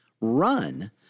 run